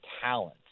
talent